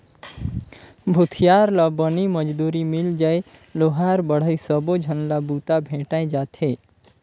भूथियार ला बनी मजदूरी मिल जाय लोहार बड़हई सबो झन ला बूता भेंटाय जाथे